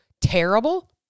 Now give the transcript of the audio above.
terrible